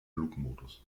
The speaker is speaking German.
flugmodus